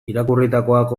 irakurritakoak